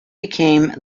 became